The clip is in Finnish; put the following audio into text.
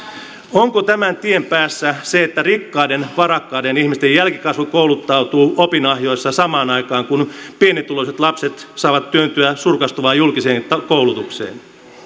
onko tämän tien päässä se että rikkaiden varakkaiden ihmisten jälkikasvu kouluttautuu laadukkaissa opinahjoissa samaan aikaan kun pienituloisten lapset saavat tyytyä surkastuvaan julkiseen koulutukseen